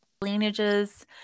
lineages